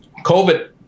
COVID